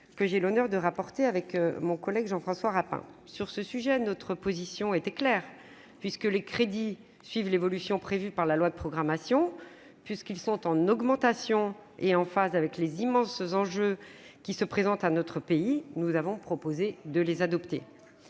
que j'ai eu l'honneur de rapporter avec notre collègue Jean-François Rapin. À cet égard, notre position était claire : puisque les crédits suivent l'évolution prévue par la loi de programmation, qu'ils sont en augmentation et en phase avec les immenses enjeux qui se présentent à notre pays, nous avons proposé de les adopter.